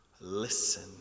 Listen